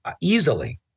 easily